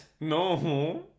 No